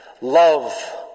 Love